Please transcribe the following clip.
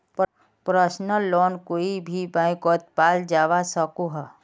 personal loan कोए भी बैंकोत पाल जवा सकोह